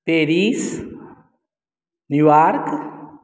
Paris New York